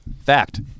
Fact